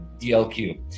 DLQ